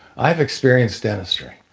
i've experienced dentistry.